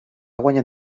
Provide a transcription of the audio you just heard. guanyat